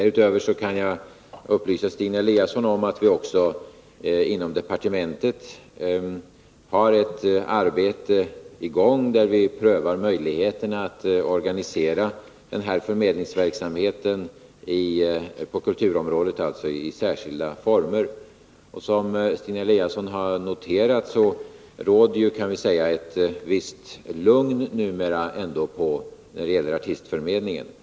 Därutöver kan jag upplysa Stina Eliasson om att vi också inom departementet har ett arbete i gång, där vi prövar möjligheterna att organisera denna förmedlingsverksamhet på kulturområdet i särskilda former. Och som Stina Eliasson har noterat råder det numera — det kan vi väl säga — ett visst lugn på artistförmedlingens område.